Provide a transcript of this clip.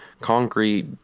concrete